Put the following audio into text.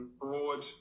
broad